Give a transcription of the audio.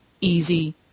easy